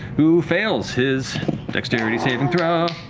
who fails his dexterity saving throw.